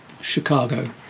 Chicago